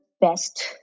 best